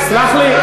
סלח לי.